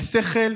על שכל,